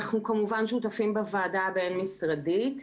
אנחנו כמובן שותפים בוועדה הבין-משרדית.